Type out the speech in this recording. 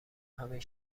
همین